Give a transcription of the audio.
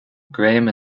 graham